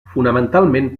fonamentalment